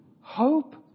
Hope